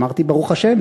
אמרתי ברוך השם?